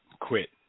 quit